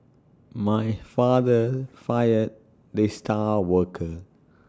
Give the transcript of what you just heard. my father fired the star worker